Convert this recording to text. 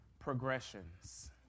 Progressions